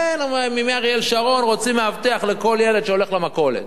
מימי אריאל שרון רוצים מאבטח לכל ילד שהולך למכולת,